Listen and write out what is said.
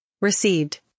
Received